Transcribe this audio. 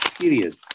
period